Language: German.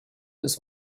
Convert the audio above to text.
des